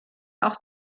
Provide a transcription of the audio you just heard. auch